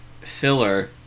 filler